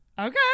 Okay